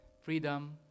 freedom